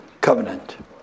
Covenant